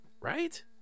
right